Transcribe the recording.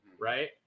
Right